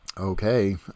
Okay